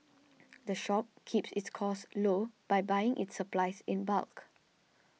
the shop keeps its costs low by buying its supplies in bulk